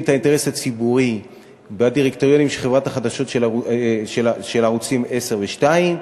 את האינטרס הציבורי בדירקטוריונים של ערוצים 10 ו-2,